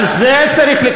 על זה צריך,